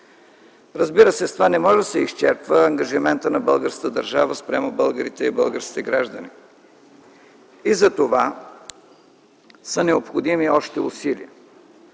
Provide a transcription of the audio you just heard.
Разбира се, с това не може да се изчерпва ангажимента на българската държава спрямо българите и българските граждани и затова са необходими още усилия.